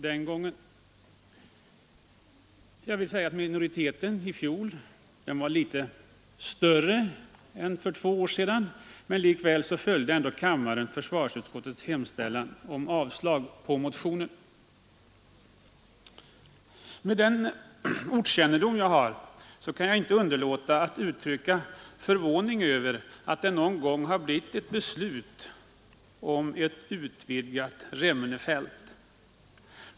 Minoriteten var i fjol litet större än för två år sedan, men likväl följde kammaren försvarsutskottets hemställan om avslag på motionen. Med den ortskännedom jag har kan jag inte underlåta att uttrycka förvåning över att det någon gång har blivit ett beslut om ett utvidgat Remmenefält.